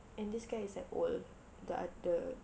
and this guy is like old the ah the